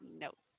notes